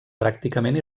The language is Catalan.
pràcticament